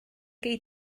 gei